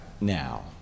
now